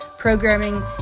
programming